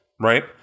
right